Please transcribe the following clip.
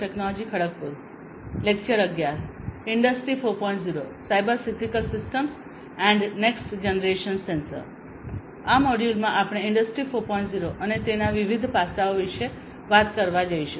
0 અને તેના વિવિધ પાસાઓ વિશે વાત કરવા જઈશું